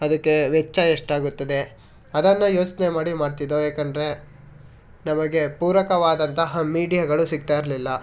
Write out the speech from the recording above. ಅದಕ್ಕೆ ವೆಚ್ಚ ಎಷ್ಟಾಗುತ್ತದೆ ಅದನ್ನು ಯೋಚನೆ ಮಾಡಿ ಮಾಡ್ತಿದ್ದೋ ಏಕೆಂದ್ರೆ ನಮಗೆ ಪೂರಕವಾದಂತಹ ಮೀಡಿಯಾಗಳು ಸಿಗ್ತಾಯಿರ್ಲಿಲ್ಲ